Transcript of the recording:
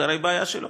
זו הרי הבעיה שלו.